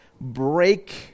break